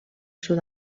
sud